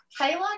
Kayla